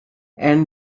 and